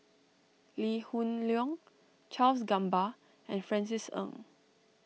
Lee Hoon Leong Charles Gamba and Francis Ng